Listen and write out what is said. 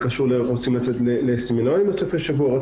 רוצים לצאת לסמינריונים בסופי שבוע,